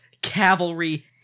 Cavalry